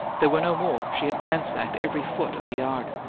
there were no more she had ransacked every foot of the yard.